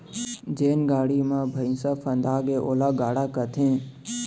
जेन गाड़ी म भइंसा फंदागे ओला गाड़ा कथें